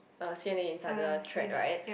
uh C_N_A inside the thread right